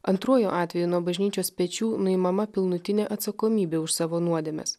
antruoju atveju nuo bažnyčios pečių nuimama pilnutinė atsakomybė už savo nuodėmes